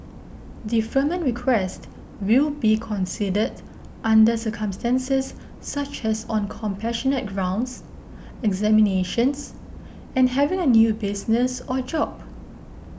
deferment requests will be considered under circumstances such as on compassionate grounds examinations and having a new business or job